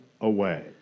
away